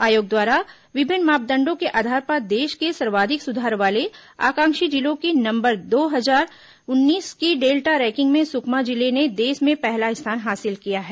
आयोग द्वारा विभिन्न मापदंडों के आधार पर देश के सर्वाधिक सुधार वाले आकांक्षी जिलों की नवंबर दो हजार उन्नीस की डेल्टा रैंकिंग में सुकमा जिले ने देश में पहला स्थान हासिल किया है